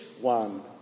one